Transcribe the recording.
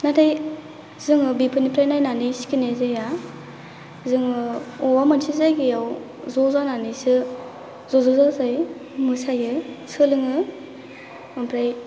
नाथाय जों बेफोरनिफ्राय नायनानै सिखायनाय जाया जोङो अबेबा मोनसे जायगायाव ज' जानानैसो ज' ज' जा जाय मोसायो सोलोङो ओमफ्राय